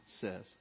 says